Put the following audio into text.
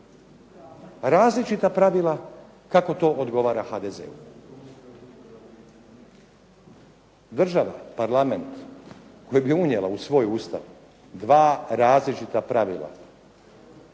različita pravila kako to odgovara HDZ-u. Država, parlament koja bi unijela u svoj Ustav dva različita pravila